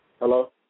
Hello